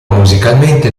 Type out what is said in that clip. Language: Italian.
musicalmente